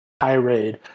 tirade